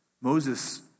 Moses